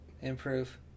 improve